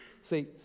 See